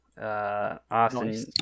Austin